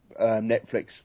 Netflix